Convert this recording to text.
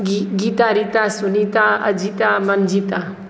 Gita Reeta Sunita Ajita Manjita